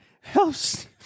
helps